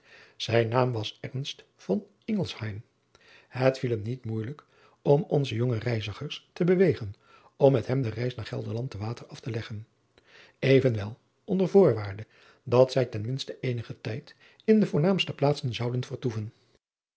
ijn naam was et viel hem niet moeijelijk om onze jonge reizigers driaan oosjes zn et leven van aurits ijnslager te bewegen om met hem de reis naar elderland te water af te leggen evenwel onder voorwaarde dat zij ten minste eenigen tijd in de voornaamste plaatsen zouden vertoeven